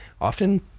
often